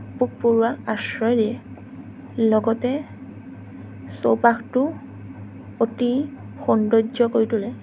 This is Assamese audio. পোক পৰুৱাক আশ্ৰয় দিয়ে লগতে চৌপাশটো অতি সৌন্দৰ্য্য কৰি তুলে